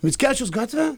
mickevičiaus gatvė